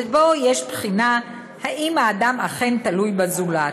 ובו יש בחינה אם האדם אכן תלוי בזולת: